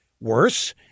Worse